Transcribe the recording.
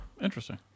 Interesting